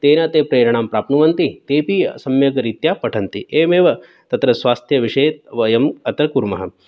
तेन ते प्रेरणां प्राप्नुवन्ति तेऽपि सम्यग्रीत्या पठन्ति एवमेव तत्र स्वास्थ्यविषये वयम् अत्र कुर्मः